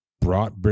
brought